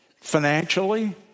Financially